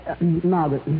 Margaret